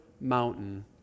mountain